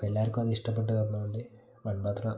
ഇപ്പം എല്ലാവർക്കും അത് ഇഷ്ടപ്പെട്ട് വന്നോണ്ട് മൺപാത്രം